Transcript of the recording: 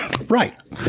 Right